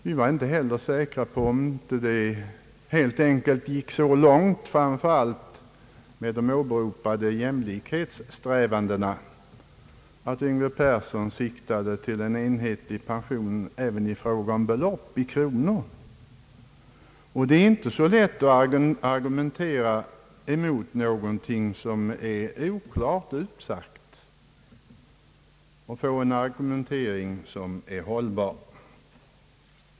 Vi var inte heller säkra på om herr Yngve Persson helt enkelt inte gick så långt — framför allt med de åberopade jämlikhetssträvandena — att han siktade till en enhetlig pension även i fråga om belopp, i kronor räknat. Det är inte så lätt att lägga fram hållbara argument mot någonting som är oklart utsagt.